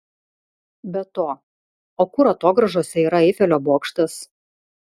be to o kur atogrąžose yra eifelio bokštas